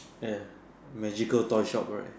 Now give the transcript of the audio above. ya magical toy shop right